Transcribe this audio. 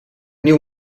nieuw